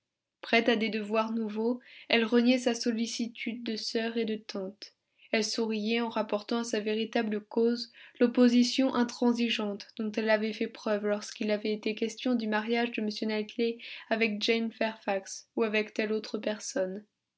prête à des devoirs nouveaux elle reniait sa sollicitude de sœur et de tante elle souriait en rapportant à sa véritable cause l'opposition intransigeante dont elle avait fait preuve lorsqu'il avait été question du mariage de m knightley avec jane fairfax ou avec telle autre personne